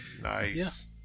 nice